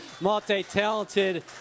multi-talented